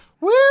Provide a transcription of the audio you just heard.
Woo